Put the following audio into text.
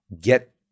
get